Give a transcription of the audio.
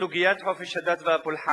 בסוגיית חופש הדת והפולחן.